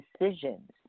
decisions